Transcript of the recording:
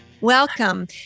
Welcome